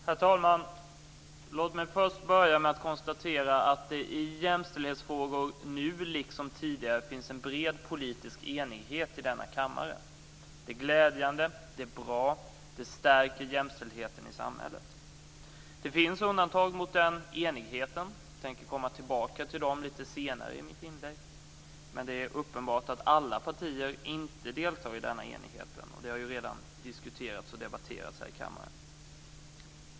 Herr talman! Låt mig först konstatera att det i jämställdhetsfrågor nu liksom tidigare finns en bred politisk enighet i denna kammare. Det är glädjande, det är bra och det stärker jämställdheten i samhället. Det finns undantag från den enigheten. Jag tänker komma tillbaka till dessa litet senare i mitt inlägg. Men det är uppenbart att alla partier inte deltar i denna enighet, vilket redan har debatterats här i kammaren.